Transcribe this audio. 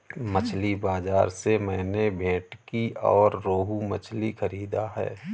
मछली बाजार से मैंने भेंटकी और रोहू मछली खरीदा है